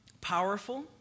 powerful